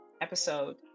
episode